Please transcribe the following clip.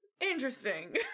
interesting